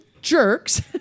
jerks